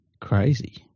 crazy